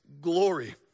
Glory